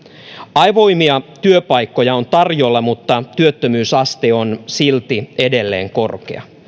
avoimia työpaikkoja on tarjolla mutta työttömyysaste on silti edelleen korkea